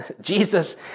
Jesus